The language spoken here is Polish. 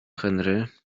henry